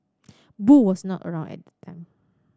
Boo was not around at the time